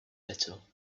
little